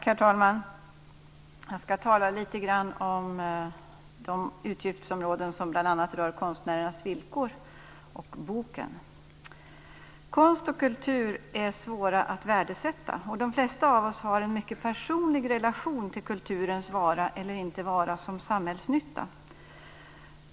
Herr talman! Jag ska tala lite grann om de utgiftsområden som rör bl.a. konstnärernas villkor och boken. Det är svårt att värdesätta konst och kultur. De flesta av oss har en mycket personlig relation till kulturens vara eller icke vara som samhällsnytta.